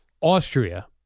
Austria